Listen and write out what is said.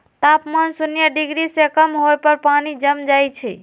तापमान शुन्य डिग्री से कम होय पर पानी जम जाइ छइ